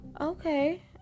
Okay